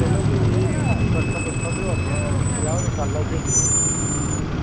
चलो भी हून बरखा बी होआ दियां न दिक्खी लैओ नी कल्ल औगे भी